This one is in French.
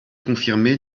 confirmé